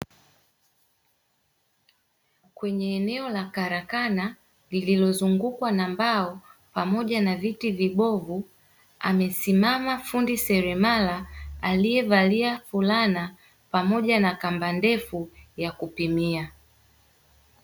Kwenye eneo la karakana lililozungukwa na mbao pamoja na viti vibovu, amesimama fundi seremala aliyevalia fulana pamoja na kamba ndefu ya kupimia.